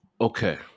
okay